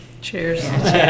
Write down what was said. Cheers